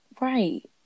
right